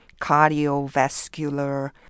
cardiovascular